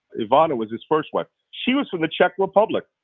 ivana was his first wife. she was from the czech republic.